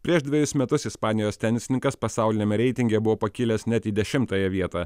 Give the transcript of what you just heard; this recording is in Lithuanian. prieš dvejus metus ispanijos tenisininkas pasauliniame reitinge buvo pakilęs net į dešimtąją vietą